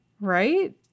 Right